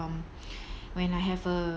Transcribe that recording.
um when I have uh